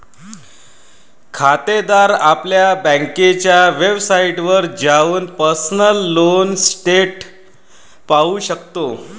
खातेदार आपल्या बँकेच्या वेबसाइटवर जाऊन पर्सनल लोन स्टेटस पाहू शकतो